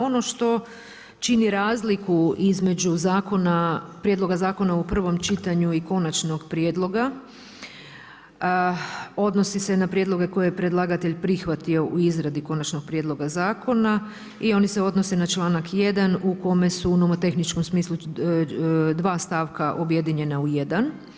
Ono što čini razliku između prijedloga zakona u prvom čitanju i konačnog prijedloga odnosi se na prijedloge koje je predlgatelj prihvatio u izradi konačnog prijedloga zakona i oni se odnose na članak 1. u kome su u nomotehničkom smislu dva stavka objedinjena u jedan.